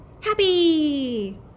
happy